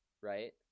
right